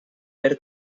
ver